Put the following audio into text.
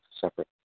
separate